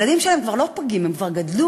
הילדים שלהם כבר לא פגים, הם כבר גדלו,